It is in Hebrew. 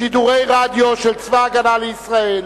שידורי רדיו של צבא-הגנה לישראל,